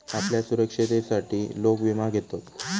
आपल्या सुरक्षिततेसाठी लोक विमा घेतत